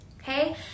okay